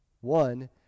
One